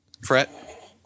Fret